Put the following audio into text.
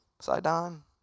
Sidon